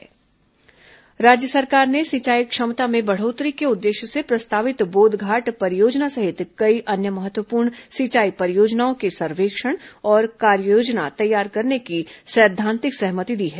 मुख्यमंत्री समीक्षा राज्य सरकार ने सिंचाई क्षमता में बढ़ोत्तरी के उद्देश्य से प्रस्तावित बोधघाट परियोजना सहित कई अन्य महत्वपूर्ण सिंचाई परियोजनाओं के सर्वेक्षण और कार्ययोजना तैयार करने की सैद्धांतिक सहमति दी है